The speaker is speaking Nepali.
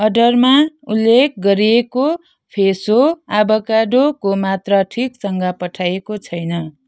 अर्डरमा उल्लेख गरिएको फ्रेसो अभाकाडोको मात्रा ठिकसँग पठाइएको छैन